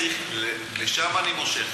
לשם אני מושך.